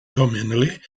communally